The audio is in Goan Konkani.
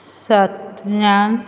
सात ज्ञान